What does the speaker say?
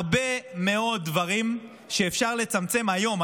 הרבה מאוד דברים שאפשר לצמצם היום,